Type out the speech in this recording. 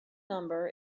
number